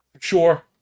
sure